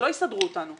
שלא יסדרו אותנו.